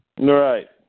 Right